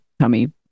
tummy